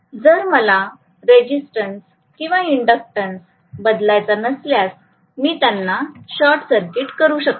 जर मला रेजिस्टन्स किंवा इंडक्टन्स बदलायचा नसल्यास मी त्यांना शॉर्टसर्किट करू शकते